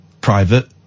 private